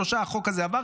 שלושה החוק הזה עבר,